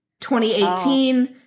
2018